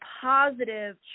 positive